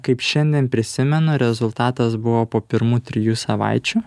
kaip šiandien prisimenu rezultatas buvo po pirmų trijų savaičių